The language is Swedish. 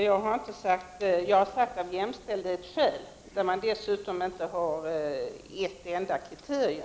Fru talman! Jag har talat om jämställdhetsskäl. Dessutom gäller det fall då det inte finns ett enda kriterium.